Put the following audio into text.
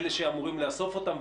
אלה שאמורים לאסוף אותם,